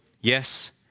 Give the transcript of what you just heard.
yes